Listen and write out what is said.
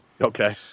Okay